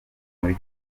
muri